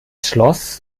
schloss